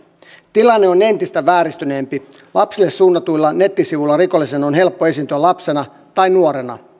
tilanne on entistä vääristyneempi lapsille suunnatuilla nettisivuilla rikollisen on helppo esiintyä lapsena tai nuorena